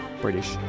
British